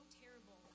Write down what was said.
terrible